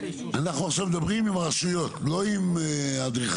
אנחנו עכשיו מדברים עם הרשויות, לא עם האדריכלים.